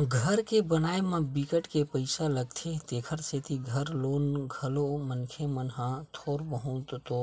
घर के बनाए म बिकट के पइसा लागथे तेखर सेती घर लोन घलो मनखे मन ह थोर बहुत तो